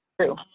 true